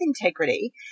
integrity